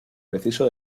preciso